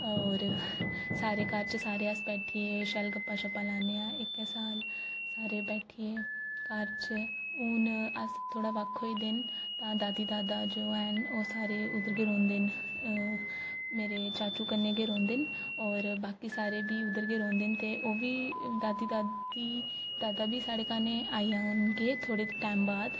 होर सारे घर च सारे अस बैठियै शैल गप्पां शप्पां लान्ने आं इक्कै साल सारे बैठियै घर च हून अस थोह्ड़ा बक्ख होई गेदे न तां दादी दादा जो हैन ओह् सारे उद्धर गै रौंह्दे न मेरे चाचू कन्नै गै रौंह्दे न होर बाकी सारे बी उद्धर गै रौंह्दे न ते ओह बी दादी दादी दादा बी साढ़े कन्नै आई जान गे थोह्ड़े टैम बाद